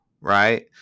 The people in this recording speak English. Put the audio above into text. right